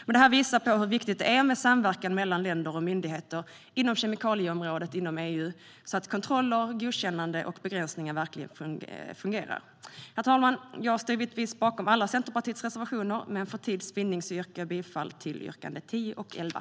Men detta visar hur viktigt det är med samverkan mellan länder och myndigheter inom kemikalieområdet inom EU, så att kontroller, godkännande och begränsningar verkligen fungerar. Herr talman! Jag står givetvis bakom alla Centerpartiets reservationer, men för tids vinnande yrkar jag bifall endast till reservationerna 10 och 11.